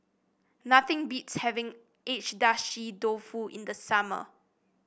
nothing beats having Agedashi Dofu in the summer